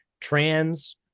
trans